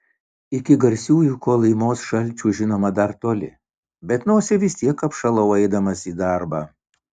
iki garsiųjų kolymos šalčių žinoma dar toli bet nosį vis tiek apšalau eidamas į darbą